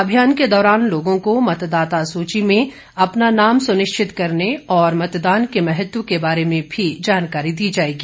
अभियान के दौरान लोगों को मतदाता सूची में अपना नाम सुनिश्चित करने और मतदान के महत्व के बारे में भी जानकारी दी जाएगी